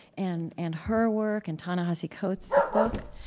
and and her work, and ta-nehisi coates's book,